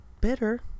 Bitter